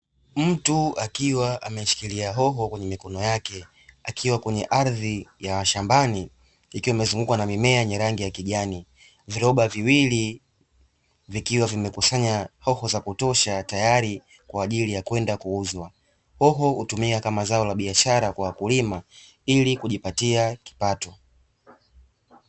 Mtu akiwa ameshikiria hoho kwenye mikono yake, akiwa kwenye ardhi ya shambani, ikiwa imezungukwa na mimea yenye rangi ya kijani, viroba viwili vikiwa vimekusanya hoho za kutosha tayari kwaajili ya kwenda kuuzwa, hoho hutumia kama zao la biashara kwa wakulima ili kujipatia kipato.